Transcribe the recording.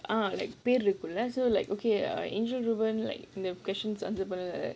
uh like பெர் இருக்கும்ல:per irukkumla so like okay err like the questions